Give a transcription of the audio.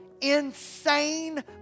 insane